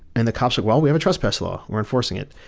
and the cops, while we have trespass law or enforcing it.